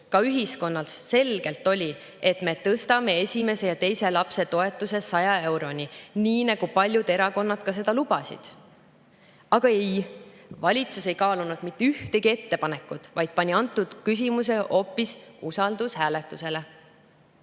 ka ühiskonnas selgelt oli, et me tõstame esimese ja teise lapse toetuse 100 euroni, nii nagu paljud erakonnad seda lubasid. Aga ei, valitsus ei kaalunud mitte ühtegi ettepanekut, vaid pani antud küsimuse hoopis usaldushääletusele.